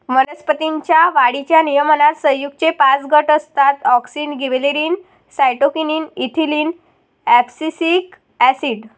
वनस्पतीं च्या वाढीच्या नियमनात संयुगेचे पाच गट असतातः auxin, gibberellin, cytokinin, ethylene, abscisic acid